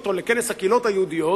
לוושינגטון לכנס הקהילות היהודיות.